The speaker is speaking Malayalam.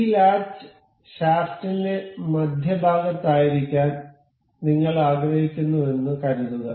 ഈ ലാച്ച് ഷാഫ്റ്റിന്റെ മധ്യഭാഗത്തായിരിക്കാൻ നിങ്ങൾ ആഗ്രഹിക്കുന്നുവെന്ന് കരുതുക